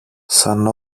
σαν